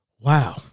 Wow